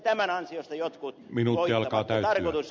tämän ansiosta jotkut voittavat